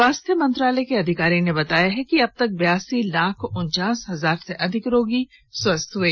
स्वास्थ्य मंत्रालय के अधिकारी ने बताया है कि अब तक बयासी लाख उनचास हजार से अधिक रोगी स्वस्थ हुए हैं